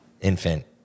infant